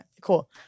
cool